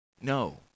No